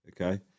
okay